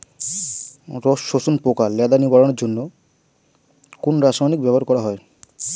রস শোষক পোকা লেদা নিবারণের জন্য কোন রাসায়নিক ব্যবহার করা হয়?